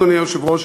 אדוני היושב-ראש,